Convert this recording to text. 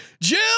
Jim